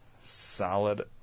Solid